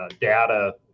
data